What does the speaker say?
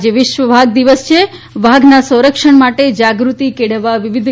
આજે વિશ્વ વાઘ દિવસ છે વાઘના સંરક્ષણ માટે જાગૃતિ કેળવવા વિવિધ